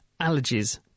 allergies